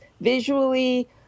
visually